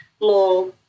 more